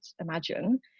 imagine